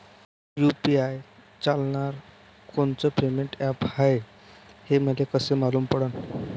UPI चालणारं कोनचं payment app हाय, हे मले कस मालूम पडन?